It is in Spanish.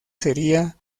sería